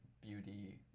beauty